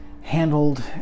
Handled